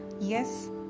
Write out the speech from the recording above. Yes